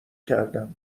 کردم